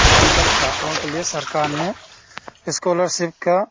आजकल छात्रों के लिए सरकार ने इस्कौलरसिप का